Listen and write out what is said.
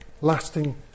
lasting